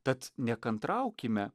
tad nekantraukime